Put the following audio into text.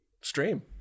stream